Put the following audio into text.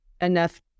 enough